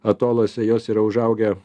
atoluose jos yra užaugę